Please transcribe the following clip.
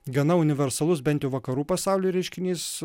gana universalus bent jau vakarų pasaulyje reiškinys